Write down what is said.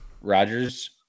Rodgers